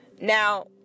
Now